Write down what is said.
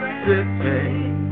city